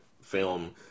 film